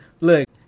look